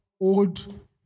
old